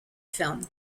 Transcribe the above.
film